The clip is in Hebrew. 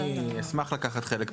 אני אשמח לקחת חלק בחקיקה כזאת.